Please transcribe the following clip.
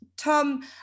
Tom